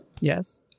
Yes